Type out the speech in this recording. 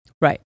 Right